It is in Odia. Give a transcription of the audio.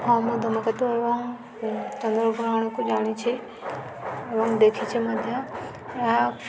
ହଁ ମୁଁ ଧୂମକେତୁ ଏବଂ ଚନ୍ଦ୍ରଗ୍ରହଣକୁ ଜାଣିଛି ଏବଂ ଦେଖିଛି ମଧ୍ୟ ଏହା